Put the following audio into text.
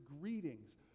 greetings